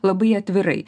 labai atvirai